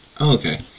Okay